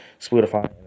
Spotify